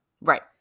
Right